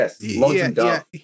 Yes